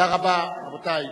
תודה רבה, רבותי.